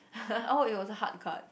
oh it was a hard card